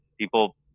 people